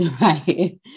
right